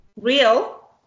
Real